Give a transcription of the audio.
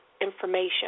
information